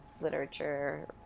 literature